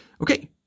Okay